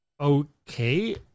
okay